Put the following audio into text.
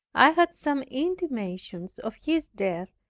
i had some intimations of his death,